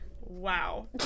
wow